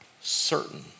certain